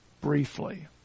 briefly